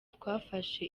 twafashe